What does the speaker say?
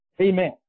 Amen